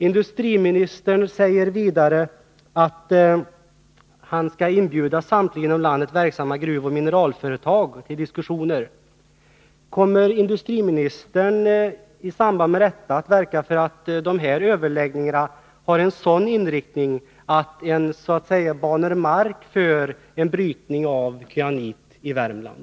Industriministern säger vidare att han skall inbjuda samtliga inom landet verksamma gruvoch mineralföretag till diskussioner. Kommer industriministern i samband med detta att verka för att överläggningarna får en sådan inriktning att man så att säga banar väg för en brytning av kyanit i Värmland?